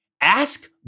ask